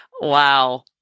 Wow